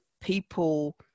people